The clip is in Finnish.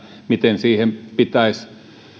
miten siihen pitäisi